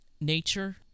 nature